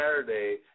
Saturday